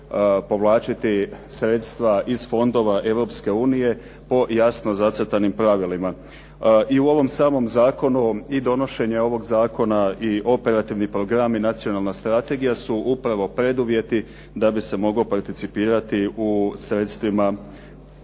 povlačiti sredstva iz fondova Europske unije po jasno zacrtanim pravilima. I u ovom samom zakonu i donošenje ovog zakona i Operativni program i Nacionalna strategija su upravo preduvjeti da bi se moglo participirati u sredstvima